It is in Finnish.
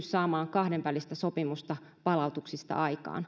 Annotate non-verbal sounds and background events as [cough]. [unintelligible] saamaan aikaan kahdenvälistä sopimusta palautuksista